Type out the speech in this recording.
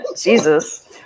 Jesus